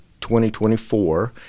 2024